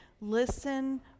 Listen